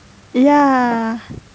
ya